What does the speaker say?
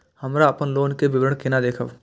हमरा अपन लोन के विवरण केना देखब?